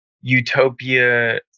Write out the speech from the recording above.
utopia